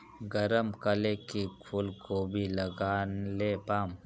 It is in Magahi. गरम कले की फूलकोबी लगाले पाम?